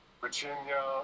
Virginia